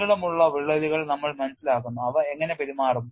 നീളമുള്ള വിള്ളലുകൾ നമ്മൾ മനസിലാക്കുന്നു അവ എങ്ങനെ പെരുമാറും